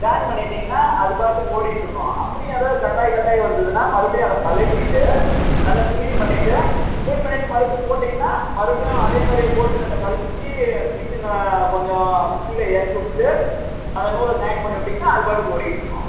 join பண்ணிட்டிங்கன்னால் அது பாட்டுக்கு ஓடிகிட்ருக்கும் அப்படியும் ஏதாவது கட்டாகி கட்டாகி வந்ததுன்னால் மறுபடியும் அதை கழட்டிட்டு நல்லா க்ளீன் பண்ணிட்டு க்ளீன் பண்ணிட்டு மறுபடியும் போட்டிங்கன்னால் மறுபடியும் அதே மாதிரி போல்டு நட்டை கழட்டி மிஷினை கொஞ்சம் கீழே இறக்கி விட்டுட்டு அந்த நூலை ஜாயின் பண்ணி விட்டிங்கன்னா அது பாட்டுக்கும் ஒடிகிட்ருக்கும்